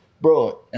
Bro